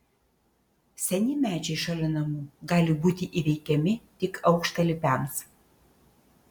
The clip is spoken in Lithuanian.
seni medžiai šalia namų gali būti įveikiami tik aukštalipiams